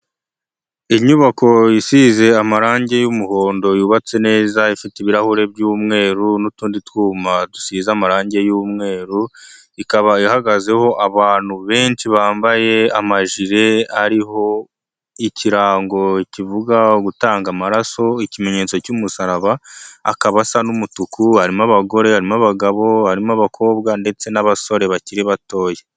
Inyubako isize amarangi y'umuhondo, yubatse neza. Ifite ibirahure by'umweru n'utundi twuma dusize amarangi y'umweru. Ikaba ihagazeho abantu benshi bambaye amajire ariho ikirango kivuga gutanga amaraso, ikimenyetso cy'umusaraba. Akaba asa n'umutuku, harimo: abagore n'abagabo, harimo abakobwa ndetse n'abasore bakiri batoya.